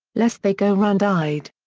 lest they go round-eyed.